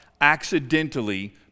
accidentally